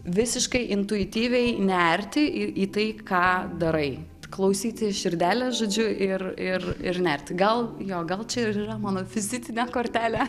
visiškai intuityviai nerti į į tai ką darai klausyti širdelės žodžiu ir ir ir nerti gal jo gal čia ir yra mano vizitinė kortelė